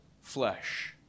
flesh